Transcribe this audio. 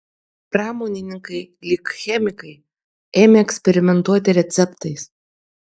pramonininkai lyg chemikai ėmė eksperimentuoti receptais